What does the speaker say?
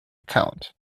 account